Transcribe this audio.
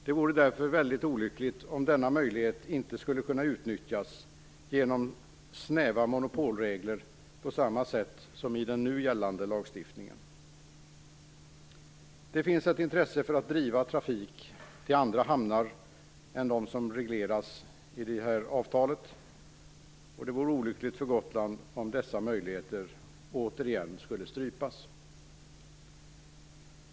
Det vore därför väldigt olyckligt om denna möjlighet inte skulle kunna utnyttjas på grund av snäva monopolregler på samma sätt som i nu gällande lagstiftning. Det finns ett intresse för att driva trafik till andra hamnar än dem som regleras i det här avtalet, och det vore olyckligt för Gotland om dessa möjligheter återigen skulle strypas.